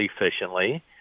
efficiently